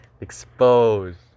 Exposed